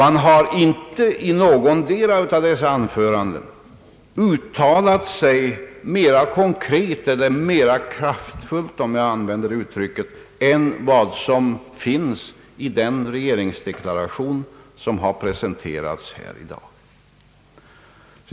De har inte i sina anföranden uttalat sig mera konkret eller mera kraftfullt, om jag får använda det uttrycket, än vad som gjorts i den regeringsdeklaration som har presenterats här i dag.